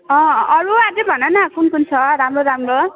अँ अरू अझै भनन कुन कुन छ राम्रो राम्रो